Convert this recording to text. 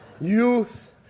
Youth